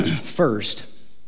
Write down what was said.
First